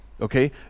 okay